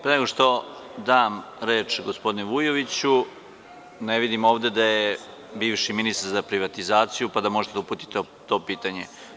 Pre nego što dam reč gospodinu Vujoviću, ne vidim ovde da je bivši ministar za privatizaciju, pa da možete da uputite to pitanje.